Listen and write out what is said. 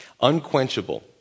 unquenchable